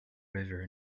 river